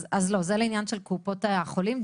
אז לא, זה לעניין קופות החולים.